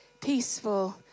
peaceful